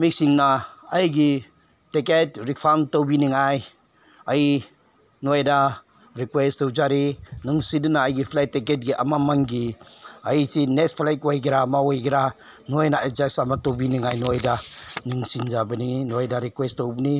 ꯃꯤꯁꯤꯡꯅ ꯑꯩꯒꯤ ticket refund ꯇꯧꯕꯤꯅꯤꯉꯥꯏ ꯑꯩ ꯅꯣꯏꯗ ꯔꯤꯀ꯭ꯋꯦꯁ ꯇꯧꯖꯔꯤ ꯅꯨꯡꯁꯤꯗꯨꯅ ꯑꯩꯒꯤ ꯐ꯭ꯂꯥꯏꯠ ꯇꯤꯀꯦꯠꯀꯤ ꯃꯃꯜꯒꯤ ꯑꯩꯁꯤ ꯅꯦꯛꯁ ꯐ꯭ꯂꯥꯏꯠ ꯑꯣꯏꯒꯦꯔ ꯑꯃ ꯑꯣꯏꯒꯦꯔ ꯅꯣꯏꯅ ꯑꯦꯠꯖꯁ ꯑꯃ ꯇꯧꯕꯤꯅꯤꯉꯥꯏ ꯅꯣꯏꯗ ꯅꯤꯡꯁꯤꯡꯖꯕꯅꯤ ꯅꯣꯏꯗ ꯔꯤꯀ꯭ꯋꯦꯁ ꯇꯧꯕꯅꯤ